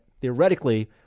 theoretically